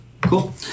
Cool